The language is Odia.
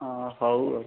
ହଁ ହଉ ଆଉ